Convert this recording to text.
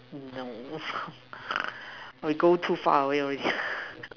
no we go too far away already